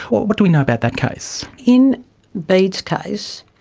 what what do we know about that case? in bede's case,